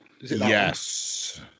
Yes